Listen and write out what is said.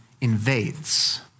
invades